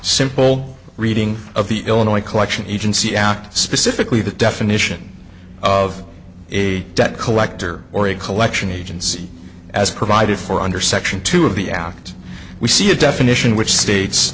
simple reading of the illinois collection agency act specifically the definition of a debt collector or a collection agency as provided for under section two of the act we see a definition which states